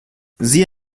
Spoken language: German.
sie